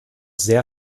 sehr